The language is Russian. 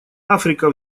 африка